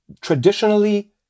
Traditionally